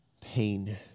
pain